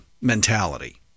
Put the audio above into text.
mentality